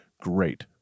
great